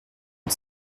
une